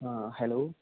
ആ ഹലോ